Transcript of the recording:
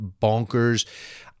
bonkers